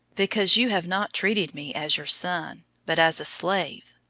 because you have not treated me as your son, but as a slave,